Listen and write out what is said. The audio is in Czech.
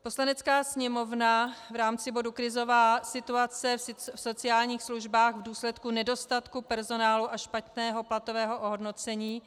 Poslanecká sněmovna v rámci bodu Krizová situace v sociálních službách v důsledku nedostatku personálu a špatného platového ohodnocení